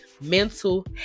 mental